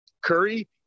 Curry